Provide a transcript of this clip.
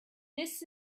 this